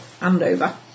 Andover